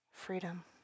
freedom